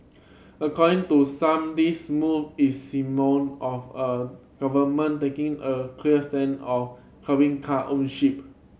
according to some this move is seem more of a government taking a clear stand on curbing car ownership